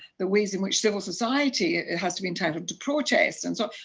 the ways in which civil society has to be entitled to protest, and so